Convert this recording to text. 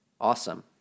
awesome